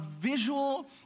visual